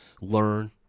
learn